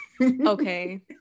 okay